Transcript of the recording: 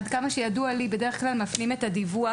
עד כמה שידוע לי בדרך כלל מפנים את הדיווח